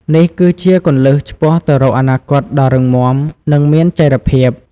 នេះគឺជាគន្លឹះឆ្ពោះទៅរកអនាគតដ៏រឹងមាំ និងមានចីរភាព។